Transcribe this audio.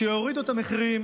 שיורידו את המחירים